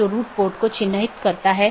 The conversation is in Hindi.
जिसके माध्यम से AS hops लेता है